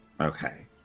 Okay